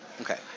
okay